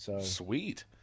Sweet